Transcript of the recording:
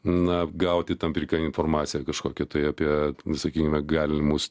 na gauti tam tikrą informaciją kažkokią tai apie sakykime galimus